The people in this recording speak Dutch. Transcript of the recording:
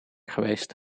geweest